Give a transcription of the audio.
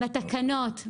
בתקנות.